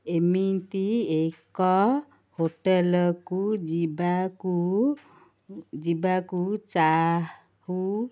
ଏମିତି ଏକ ହୋଟେଲକୁ ଯିବାକୁ ଯିବାକୁ ଚାହୁଁ